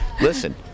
listen